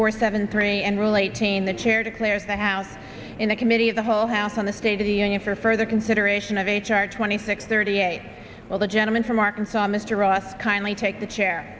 for seven three and rule eighteen the chair declares the house in a committee of the whole house on the state of the union for further consideration of h r twenty six thirty eight well the gentleman from arkansas mr ross kindly take the chair